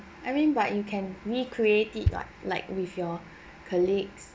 I mean but you can recreate it like like with your colleagues